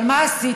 אבל מה עשיתם?